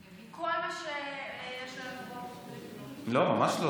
כל מה שיש לנו רוב לא, ממש לא.